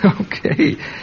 Okay